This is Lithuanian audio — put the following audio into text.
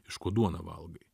iš ko duoną valgai